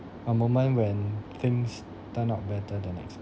a moment when things turn out better then expected